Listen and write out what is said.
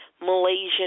Malaysian